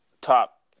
top